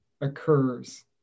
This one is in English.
occurs